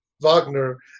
Wagner